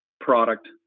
product